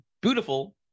beautiful